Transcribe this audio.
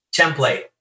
template